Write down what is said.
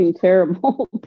terrible